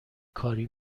کاری